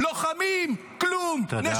תודה.